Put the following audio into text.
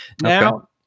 now